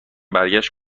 برگشت